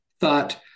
thought